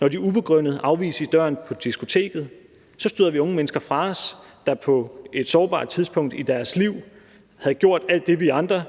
når de ubegrundet afvises i døren på diskoteket, så støder vi unge mennesker fra os, der på et sårbart tidspunkt i deres liv havde gjort alt det, vi andre